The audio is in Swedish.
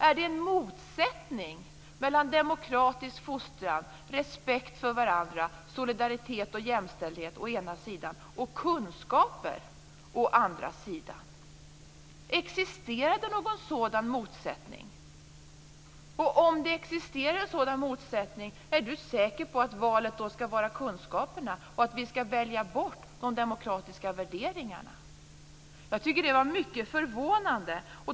Är det en motsättning mellan demokratisk fostran, respekt för varandra, solidaritet och jämställdhet å ena sidan och kunskaper å andra sidan? Existerar det någon sådan motsättning? Om det existerar en sådan motsättning, är Lars Leijonborg säker på att valet då skall vara kunskaperna, att vi skall välja bort de demokratiska värderingarna? Jag tycker att det var mycket förvånande.